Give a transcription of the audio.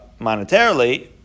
monetarily